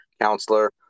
counselor